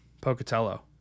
Pocatello